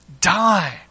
die